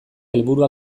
helburu